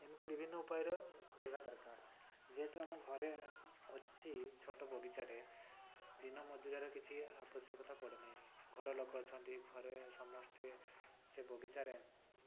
ଏମିତି ବିଭିନ୍ନ ଉପାୟରେ ରହିବା ଦରକାର ଯେହେତୁ ଆମ ଘରେ ଅଛି ଛୋଟ ବଗିଚାଟେ ଦିନ ମଜୁରିଆର କିଛି ଆବଶ୍ୟକତା ପଡ଼େ ନାହିଁ ଘରେ ଲୋକ ଅଛନ୍ତି ଘରେ ସମସ୍ତେ ସେ ବଗିଚାରେ